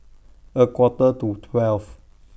A Quarter to twelve